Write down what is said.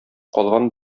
калган